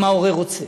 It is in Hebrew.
אם ההורה רוצה.